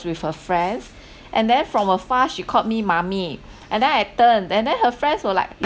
with her friends and then from afar she called me mummy and then I turned and then her friends were like